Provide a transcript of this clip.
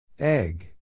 Egg